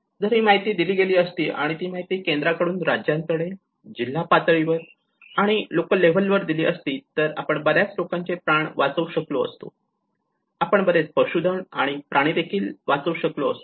जर ही माहिती दिली गेली असती आणि ती माहिती केंद्राकडून राज्याकडे जिल्हा पातळीवर आणि लोकल लेव्हल वर दिली गेली असती तर आपण बऱ्याच लोकांचे प्राण वाचवू शकलो असतो आपण बरेच पशुधन आणि प्राणी देखील वाचवू शकलो असतो